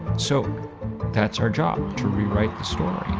so that's our job to rewrite the story.